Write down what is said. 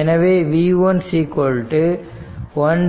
எனவே v1 1C1 ∫ it